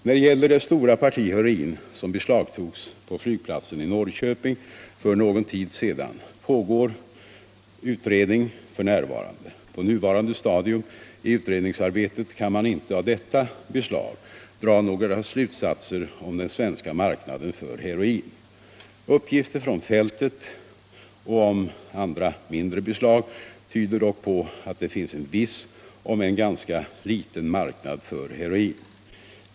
När det gäller det stora parti heroin som beslagtogs på flygplatsen i Norrköping för någon tid sedan pågår utredning f. n. På nuvarande stadium i utredningsarbetet kan man inte av detta beslag dra några slutsatser om den svenska marknaden för heroin. Uppgifter från fältet och om andra mindre beslag tyder dock på att det finns en viss om än ganska liten marknad för heroin i Sverige.